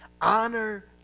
Honor